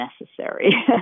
necessary